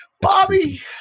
Bobby